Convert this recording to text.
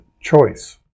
choice